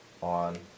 on